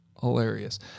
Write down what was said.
Hilarious